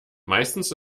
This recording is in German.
meistens